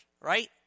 right